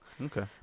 Okay